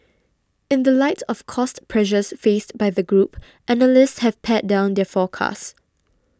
in the light of cost pressures faced by the group analysts have pared down their forecasts